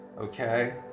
Okay